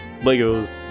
Legos